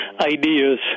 ideas